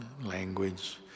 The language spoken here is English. language